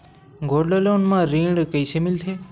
Gold loan म ऋण कइसे मिलथे?